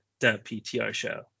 theptrshow